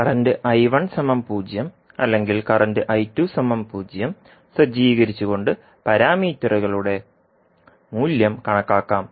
current 0 അല്ലെങ്കിൽ current 0 സജ്ജീകരിച്ചുകൊണ്ട് പാരാമീറ്ററുകളുടെ മൂല്യം കണക്കാക്കാം